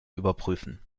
überprüfen